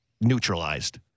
neutralized